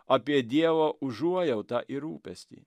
apie dievo užuojautą ir rūpestį